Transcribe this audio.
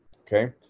okay